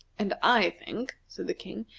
and i think, said the king.